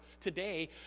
today